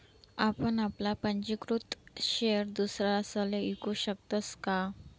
आपण आपला पंजीकृत शेयर दुसरासले ईकू शकतस का?